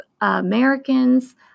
Americans